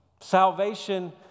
salvation